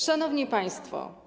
Szanowni Państwo!